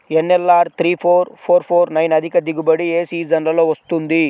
NLR three four four four nine అధిక దిగుబడి ఏ సీజన్లలో వస్తుంది?